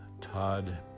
todd